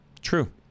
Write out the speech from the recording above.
True